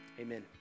Amen